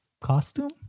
costume